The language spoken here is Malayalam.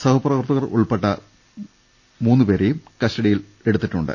സഹപ്രവർത്തകർ ഉൾപ്പെടെ മൂന്നുപേരെയും കസ്റ്റ ഡിയിലെടുത്തിട്ടുണ്ട്